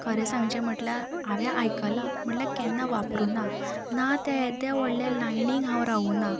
खरें सांगचें म्हटल्यार हांवें आयकलां म्हटल्या केन्ना वापरुना ना ते एद्या व्हडले लायनीक हांव रावुंक ना